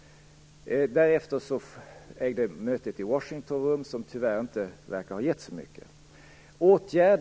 Därefter ägde mötet i Washington rum, som tyvärr inte verkar ha givit så mycket.